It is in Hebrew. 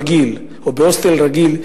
מאתנו נמצאים בבית-אבות רגיל או בהוסטל רגיל,